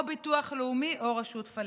או הביטוח הלאומי או הרשות הפלסטינית.